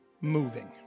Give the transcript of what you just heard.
moving